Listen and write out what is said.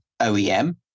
OEM